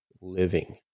living